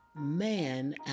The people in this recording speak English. man